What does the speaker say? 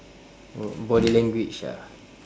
oh body language ah